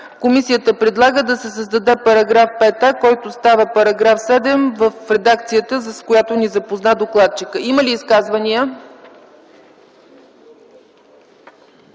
Комисията предлага да се създаде § 5а, който става § 7 в редакцията, с която ни запозна докладчикът. Има ли изказвания?